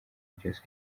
byose